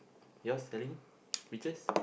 yours selling peaches